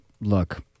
look